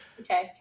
Okay